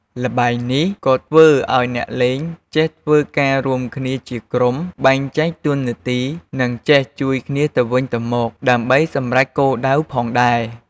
ល្បែងនេះក៏ធ្វើឲ្យអ្នកលេង ចេះធ្វើការរួមគ្នាជាក្រុម បែងចែកតួនាទី និងចេះជួយគ្នាទៅវិញទៅមកដើម្បីសម្រេចគោលដៅផងដែរ។